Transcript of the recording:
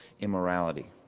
immorality